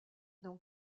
dans